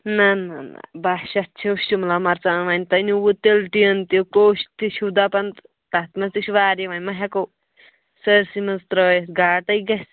نَہ نَہ نَہ باہ شٮ۪تھ چھُو شِملہ مَرژٕوانٛگَن وَنۍ تۄہہِ نِیوٕ تِلہٕ ٹیٖن تہِ کوٚش تہِ چھُو دَپان تَتھ منٛز تہِ چھِ واریاہ وۄنۍ مہ ہیٚکو سٲرِسےٕ منٛز ترٛٲیِتھ گاٹٔے گَژھہِ